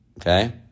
okay